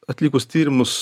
atlikus tyrimus